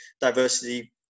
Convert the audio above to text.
diversity